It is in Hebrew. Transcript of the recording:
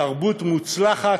תרבות מוצלחת,